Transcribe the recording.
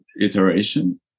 iteration